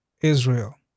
Israel